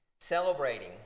celebrating